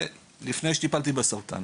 כל זה לפני שהתחלתי לטפל בסרטן.